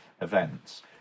events